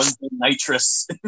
Nitrous